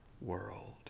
world